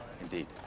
indeed